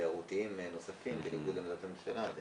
תיירותיים נוספים בניגוד להחלטת הממשלה.